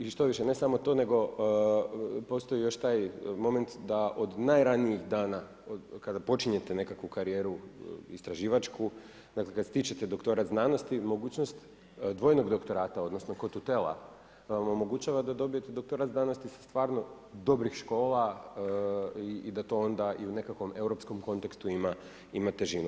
I štoviše, ne samo to nego postoji još taj moment da od najranijih dana od kada počinjete nekakvu karijeru istraživačku, dakle kada stičete doktorat znanosti mogućnost dvojnog doktorata odnosno kototela vam omogućava da dobijete doktorat znanosti sa stvarno dobih škola i da to onda u nekakvom europskom kontekstu ima težinu.